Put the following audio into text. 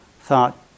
thought